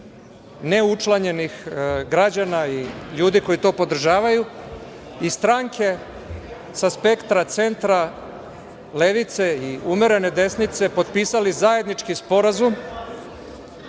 neučlanjenih građana i ljudi koji to podržavaju i stranke sa spektra centra levice i umerene desnice potpisali zajednički sporazum